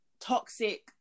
toxic